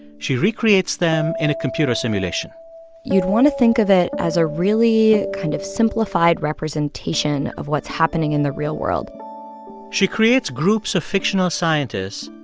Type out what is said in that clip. she recreates them in a computer simulation you'd want to think of it as a really kind of simplified representation of what's happening in the real world she creates groups of fictional scientists,